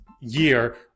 year